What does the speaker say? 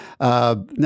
Now